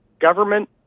government